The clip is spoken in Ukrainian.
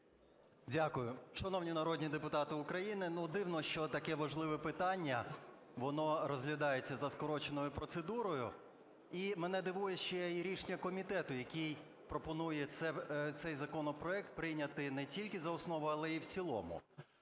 Дякую. Шановні народні депутати України, ну, дивно, що таке важливе питання, воно розглядається за скороченою процедурою. І мене дивує ще і рішення комітету, який пропонує цей законопроект прийняти не тільки за основу, але й в цілому.